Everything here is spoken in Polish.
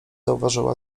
zauważyła